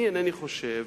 אני אינני חושב,